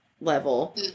level